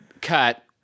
cut